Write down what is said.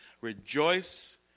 Rejoice